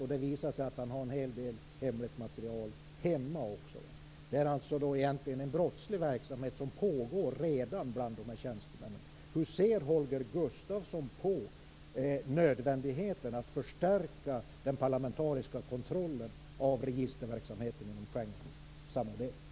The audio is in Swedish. Det visade sig också att vederbörande hade en hel del hemligt material hemma. Det pågår alltså egentligen redan en brottslig verksamhet bland de här tjänstemännen. Hur ser Holger Gustafsson på nödvändigheten att förstärka den parlamentariska kontrollen av registerverksamheten inom Schengensamarbetet?